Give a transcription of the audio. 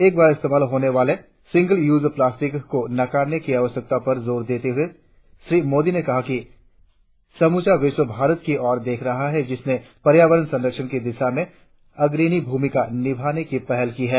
एक बार इस्तेमाल होने वाले सिंगल यूज प्लास्टिक को नकारने की आवश्यकता पर जोर देते हुए श्री मोदी ने कहा कि सम्रचा विश्व भारत की ओर देख रहा है जिसने पर्यावरण संरक्षण की दिशा में अग्रणी भूमिका निभाने की पहल की है